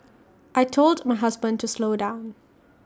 I Told my husband to slow down